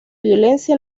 violencia